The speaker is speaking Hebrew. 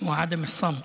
ולא לשתוק.